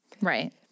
Right